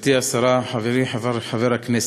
גברתי השרה, חברי חבר הכנסת,